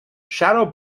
shadow